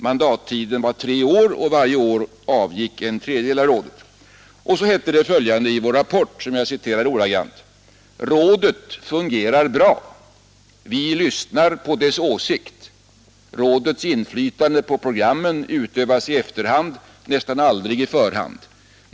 Mandattiden var tre år, och varje år avgick en tredjedel av rådet I reserapporten heter det ordagrant: ”Rådet fungerar bra: vi lyssnar på dess åsikt. Rådets inflytande på programmen utövas i efterhand, nästan aldrig i förhand.